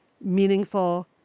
meaningful